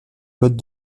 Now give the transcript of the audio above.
codes